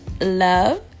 love